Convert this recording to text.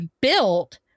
built